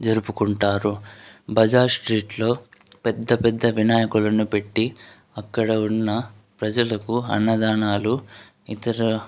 జరుపుకుంటారు బజాజ్ స్ట్రీట్లో పెద్ద పెద్ద వినాయకుడిని పెట్టి అక్కడ ఉన్న ప్రజలకు అన్నదానాలు ఇతర